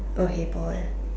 okay ball